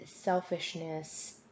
selfishness